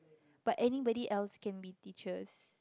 but anybody else can be teachers